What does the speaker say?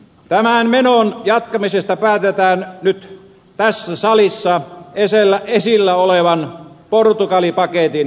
tämän menon jatkamisesta päätetään nyt tässä salissa esillä olevan portugali paketin äänestyksessä